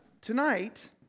Tonight